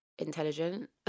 Intelligent